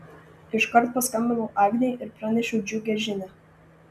iškart paskambinau agnei ir pranešiau džiugią žinią